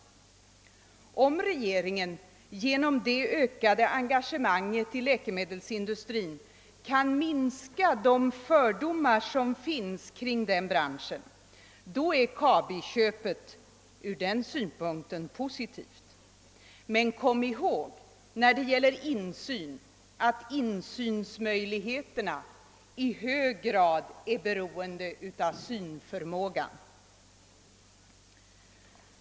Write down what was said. Om regeringen genom det ökade engagemanget i läkemedelsindustrin kan minska de fördomar som finns kring den branschen, är Kabi-köpet positivt. Men kom ihåg att insynsmöjligheterna i hög grad är beroende av synförmågan!